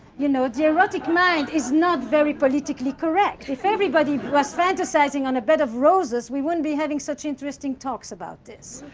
you know, the erotic mind is not very politically correct. if everybody was fantasizing on a bed of roses, we wouldn't be having such interesting talks about this.